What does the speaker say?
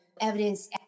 evidence